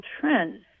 trends